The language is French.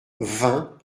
vingt